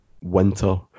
winter